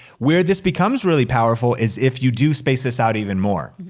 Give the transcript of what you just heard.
where this becomes really powerful is if you do space this out even more.